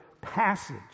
passage